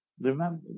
Remember